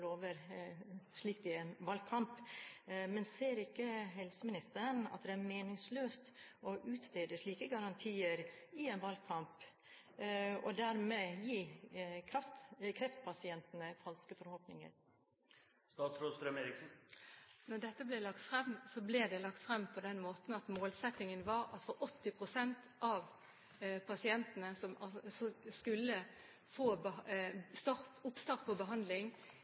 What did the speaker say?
en valgkamp, men ser ikke helseministeren at det er meningsløst å utstede slike garantier i en valgkamp, og dermed gi kreftpasientene falske forhåpninger? Da dette ble lagt frem, ble det lagt frem på den måten at målsettingen var at 80 pst. av pasientene skulle få oppstart på behandling